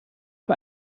für